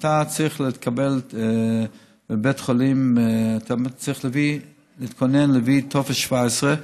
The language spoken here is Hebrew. כשאתה צריך לקבל טיפול בבית חולים ואתה צריך להביא טופס 17,